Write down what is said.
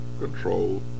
control